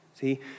See